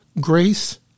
grace